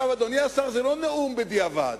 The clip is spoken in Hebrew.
אדוני השר, זה לא נאום בדיעבד.